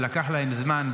ולקח להן זמן,